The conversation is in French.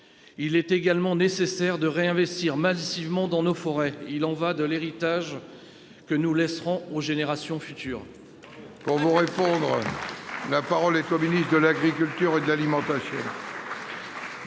il est également nécessaire de réinvestir massivement dans nos forêts ; il y va de l'héritage que nous laisserons aux générations futures.